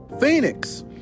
Phoenix